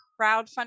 crowdfunding